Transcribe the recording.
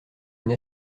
une